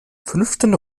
fünften